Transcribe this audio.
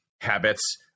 habits